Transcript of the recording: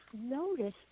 notice